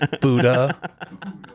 Buddha